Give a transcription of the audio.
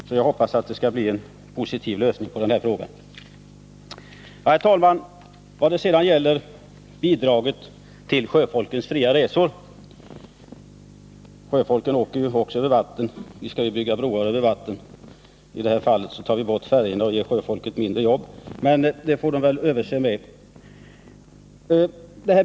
Jag hoppas att det skall bli en positiv lösning på den här frågan. Herr talman! Jag vill sedan gå in på frågan om bidraget till sjöfolkets fria resor. — Sjöfolket åker ju också över vatten, och vi vill som sagt bygga broar över vatten. I det här fallet tar vi bort färjorna och sjöfolket får på det sättet mindre jobb, men det får de väl överse med.